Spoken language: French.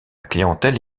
clientèle